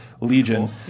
Legion